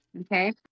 Okay